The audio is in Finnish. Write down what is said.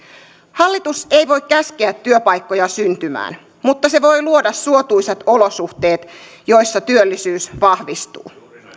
hallitus ei voi käskeä työpaikkoja syntymään mutta se voi luoda suotuisat olosuhteet joissa työllisyys vahvistuu